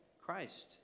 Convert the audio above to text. Christ